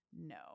No